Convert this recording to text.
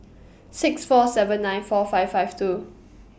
six four seven nine four five five two